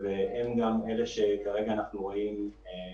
אנשים שיצאו לעבודה,